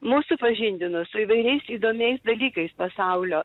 mus supažindino su įvairiais įdomiais dalykais pasaulio